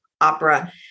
opera